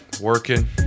Working